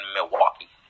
Milwaukee